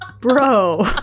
Bro